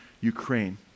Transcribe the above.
Ukraine